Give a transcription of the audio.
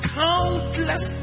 countless